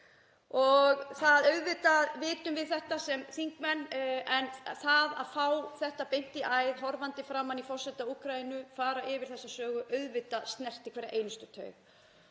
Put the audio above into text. stríði. Auðvitað vitum við þetta sem þingmenn en það að fá þetta beint í æð, horfandi framan í forseta Úkraínu fara yfir þessa sögu, snerti auðvitað hverja einustu taug.